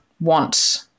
want